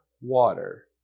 water